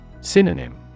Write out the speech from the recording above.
Synonym